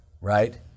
Right